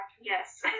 Yes